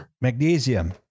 magnesium